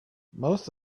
most